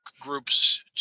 groups